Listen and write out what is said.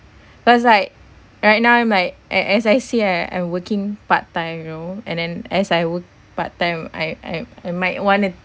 cause like right now I'm like a~ as I see I I'm working part-time you know and then as I work part-time I I I might want to